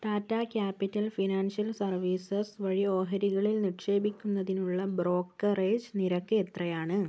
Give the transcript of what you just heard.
Tata capital financial services വഴി ഓഹരികളിൽ നിക്ഷേപിക്കുന്നതിനുള്ള ബ്രോക്കറേജ് നിരക്ക് എത്രയാണ്